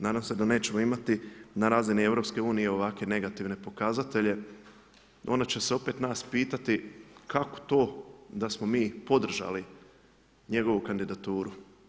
Nadam se da nećemo imati na razini EU ovakve negativne pokazatelje, onda će se opet nas pitati, kako to da samo mi podržali njegovu kandidaturu.